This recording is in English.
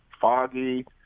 foggy